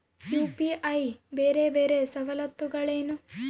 UPI ಬೇರೆ ಬೇರೆ ಸವಲತ್ತುಗಳೇನು?